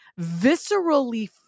viscerally